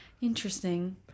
Interesting